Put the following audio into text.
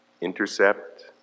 intercept